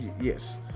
Yes